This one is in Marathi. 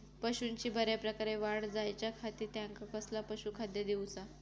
पशूंची बऱ्या प्रकारे वाढ जायच्या खाती त्यांका कसला पशुखाद्य दिऊचा?